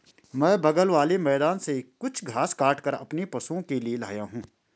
मैं बगल वाले मैदान से कुछ घास काटकर अपने पशुओं के लिए लाया हूं